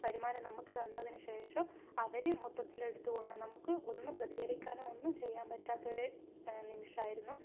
വരുമാനം നമുക്ക് തന്നതിന് ശേഷം അവർ മൊത്തത്തിലെടുത്ത് കൊണ്ട് നമുക്ക് ഒന്ന് പ്രതികരിക്കാനോ ഒന്നും ചെയ്യാൻ പറ്റാത്തൊരു നിമിഷമായിരുന്നു